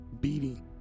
beating